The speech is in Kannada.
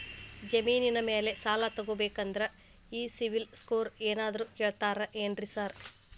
ಜಮೇನಿನ ಮ್ಯಾಲೆ ಸಾಲ ತಗಬೇಕಂದ್ರೆ ಈ ಸಿಬಿಲ್ ಸ್ಕೋರ್ ಏನಾದ್ರ ಕೇಳ್ತಾರ್ ಏನ್ರಿ ಸಾರ್?